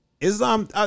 Islam